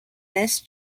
this